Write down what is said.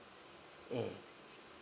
um